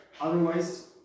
otherwise